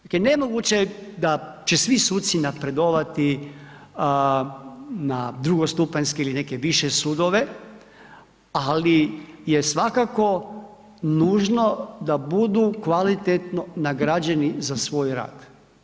Dakle, nemoguće je da će svi suci napredovati na drugostupanjske ili neke više sudove, ali je svakako nužno da budu kvalitetno nagrađeni za svoj rad.